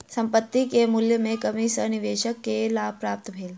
संपत्ति के मूल्य में कमी सॅ निवेशक के लाभ प्राप्त भेल